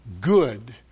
good